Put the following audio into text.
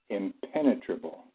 impenetrable